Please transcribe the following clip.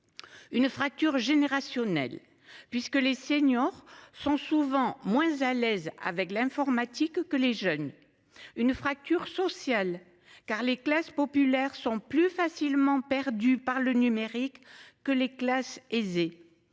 Une fracture générationnelle puisque les seniors sont souvent moins à l'aise avec l'informatique que les jeunes une fracture sociale car les classes populaires sont plus facilement perdus par le numérique que les classes aisées.